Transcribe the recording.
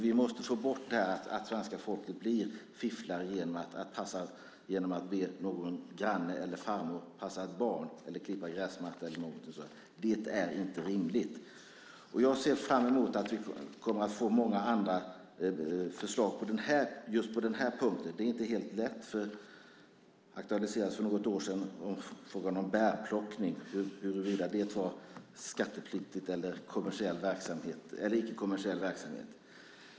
Vi måste komma bort från att det svenska folket blir fifflare genom att be en granne klippa gräsmattan eller en farmor att passa ett barnbarn. Det är inte rimligt. Jag ser fram emot många andra förslag just på den punkten. Det är inte helt lätt. För något år sedan aktualiserades frågan om bärplockning och huruvida det var en skattepliktig eller icke kommersiell verksamhet.